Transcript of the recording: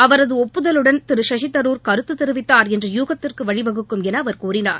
அவரது ஒப்புதலுடள் திரு சசிதரூர் கருத்து தெரிவித்தாா் என்ற யூகத்திற்கு வழிவகுக்கும் என அவர் கூறினார்